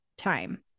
time